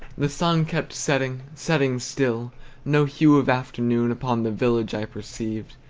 the sun kept setting, setting still no hue of afternoon upon the village i perceived,